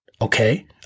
Okay